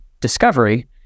discovery